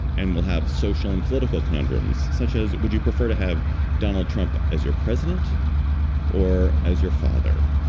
and we'll have social and political conundrums such as would you prefer to have donald trump as your president or as your father?